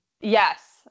Yes